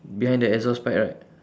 behind the exhaust pipe right